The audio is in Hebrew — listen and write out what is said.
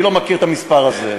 אני לא מכיר את המספר הזה.